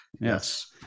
Yes